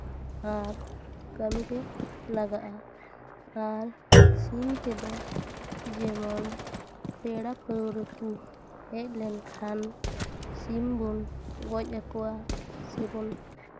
ᱟᱨ ᱠᱟᱹᱢᱤ ᱨᱮ ᱞᱟᱜᱟᱜᱼᱟ ᱟᱨ ᱥᱤᱢ ᱛᱮᱫᱚ ᱡᱮᱢᱚᱱ ᱯᱮᱲᱟ ᱯᱟᱹᱲᱦᱟᱹ ᱠᱚ ᱦᱮᱡ ᱞᱮᱱᱠᱷᱟᱱ ᱥᱤᱢ ᱵᱚᱱ ᱜᱚᱡ ᱟᱠᱚᱣᱟ ᱥᱮᱵᱚᱱ